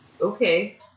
okay